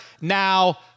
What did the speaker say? now